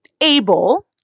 able